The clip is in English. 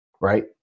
Right